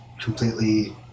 completely